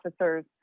officers